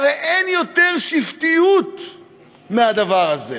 הרי אין יותר שבטיות מהדבר הזה.